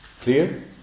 Clear